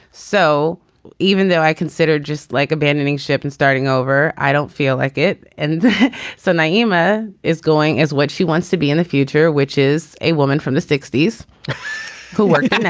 so even though i considered just like abandoning ship and starting over i don't feel like it. and so naima is going is what she wants to be in the future which is a woman from the sixty s who worked. and